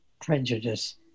prejudice